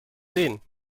sehen